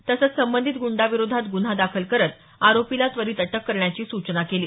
तसंच संबंधित ग्रंडाविरोधात ग्रन्हा दाखल करत आरोपीला त्वरित अटक करण्याची सूचना केली